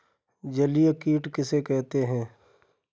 जलीय कीट किसे कहते हैं?